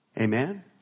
Amen